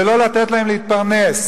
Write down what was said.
ולא לתת להם להתפרנס.